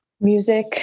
Music